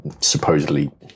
supposedly